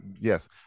Yes